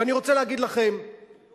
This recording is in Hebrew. ואני רוצה להגיד לכם שהמחדלים